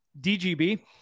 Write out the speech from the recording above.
DGB